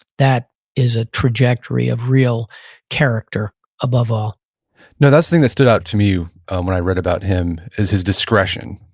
that is a trajectory of real character above all no, that's the thing that stood out to me when i read about him is his discretion.